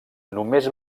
només